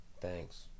thanks